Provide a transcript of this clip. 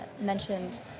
mentioned